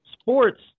sports